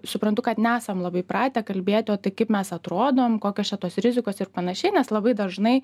suprantu kad nesam labai pratę kalbėti o tai kaip mes atrodom kokios čia tos rizikos ir panašiai nes labai dažnai